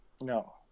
no